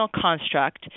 construct